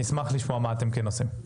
אני אשמח לשמוע מה אתם כן עושים.